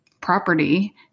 property